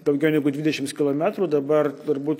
daugiau negu dvidešimts kilometrų dabar turbūt